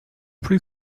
plus